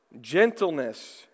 gentleness